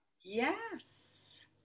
Yes